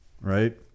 right